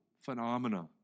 phenomena